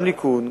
גם הליכוד,